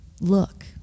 Look